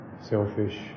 selfish